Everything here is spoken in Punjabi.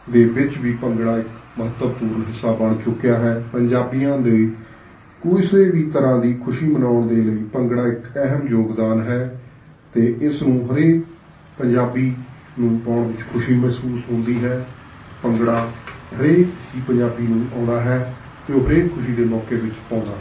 ਦੇ ਵਿੱਚ ਵੀ ਭੰਗੜਾ ਇੱਕ ਮਹੱਤਵਪੂਰਨ ਹਿੱਸਾ ਬਣ ਚੁੱਕਿਆ ਹੈ ਪੰਜਾਬੀਆਂ ਦੇ ਕਿਸੇ ਵੀ ਤਰ੍ਹਾਂ ਦੀ ਖੁਸ਼ੀ ਮਨਾਉਣ ਦੇ ਲਈ ਭੰਗੜਾ ਇੱਕ ਅਹਿਮ ਯੋਗਦਾਨ ਹੈ ਅਤੇ ਇਸ ਨੂੰ ਹਰੇਕ ਪੰਜਾਬੀ ਨੂੰ ਪਾਉਣ ਵਿੱਚ ਖੁਸ਼ੀ ਮਹਿਸੂਸ ਹੁੰਦੀ ਹੈ ਭੰਗੜਾ ਹਰੇਕ ਹੀ ਪੰਜਾਬੀ ਨੂੰ ਆਉਂਦਾ ਹੈ ਅਤੇ ਉਹ ਹਰੇਕ ਖੁਸ਼ੀ ਦੇ ਮੌਕੇ ਵਿੱਚ ਪਾਉਂਦਾ ਹੈ